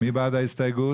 מי בעד ההסתייגות?